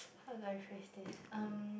how do I phrase this um